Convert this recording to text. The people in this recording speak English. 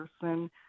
person